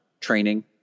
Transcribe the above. training